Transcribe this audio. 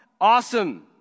awesome